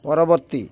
ପରବର୍ତ୍ତୀ